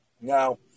Now